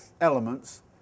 elements